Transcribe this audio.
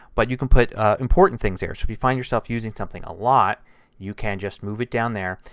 but you can put ah important things here. so if you find yourself using something a lot you can just move it down there.